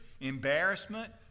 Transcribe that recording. embarrassment